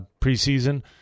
preseason –